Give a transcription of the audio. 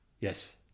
Yes